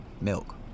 milk